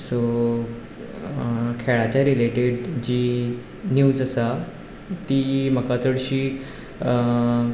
so खेळाचे related जी news आसा ती म्हाका चडशी